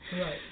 Right